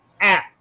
app